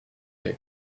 very